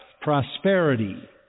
prosperity